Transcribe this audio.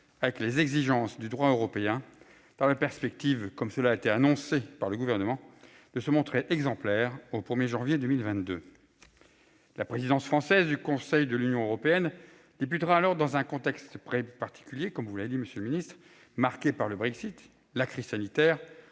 avec les exigences du droit européen, dans la perspective, comme cela a été annoncé par le Gouvernement, de nous montrer exemplaires au 1 janvier 2022. La présidence française du Conseil de l'Union européenne commencera alors dans un contexte très particulier, marqué par le Brexit, la crise sanitaire